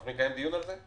אנחנו נקיים דיון על זה?